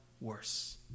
worse